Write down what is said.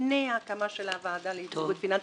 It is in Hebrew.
לפני ההקמה של הוועדה ליציבות פיננסית,